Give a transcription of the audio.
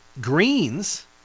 greens